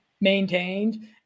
maintained